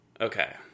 Okay